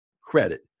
credit